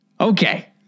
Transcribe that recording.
Okay